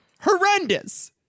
Horrendous